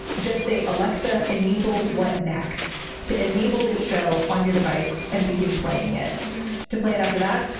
just say, alexa, enable what next to enable this show on your device and begin playing it to play it. after that,